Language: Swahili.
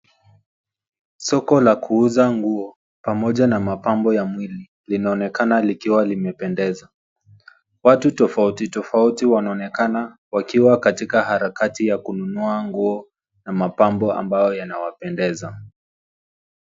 Soko la kuuza nguo pamoja na mapambo ya mwili linaonekana likiwa limependeza. Watu tofauti, tofauti wanaonekana wakiwa katika harakati ya kununua nguo na mapambo ambayo yanawapendeza.